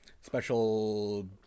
special